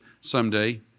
someday